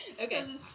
Okay